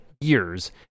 years